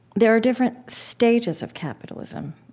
there are different stages of capitalism.